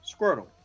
Squirtle